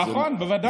נכון, בוודאי.